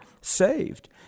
saved